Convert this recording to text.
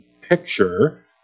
picture